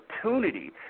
opportunity